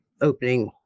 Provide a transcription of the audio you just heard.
opening